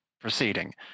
proceeding